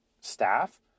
staff